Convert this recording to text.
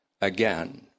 again